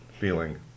feeling